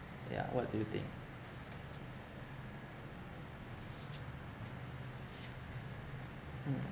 yeah what do you think mm